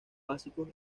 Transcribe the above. básicos